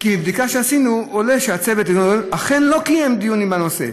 מבדיקה שעשינו עולה שהצוות אכן לא קיים דיונים בנושא.